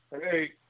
Hey